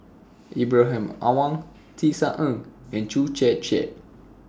Ibrahim Awang Tisa Ng and Chew Chiat Chiat